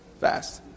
fast